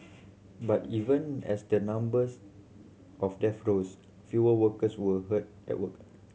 but even as the number of death rose fewer workers were hurt at work